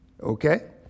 Okay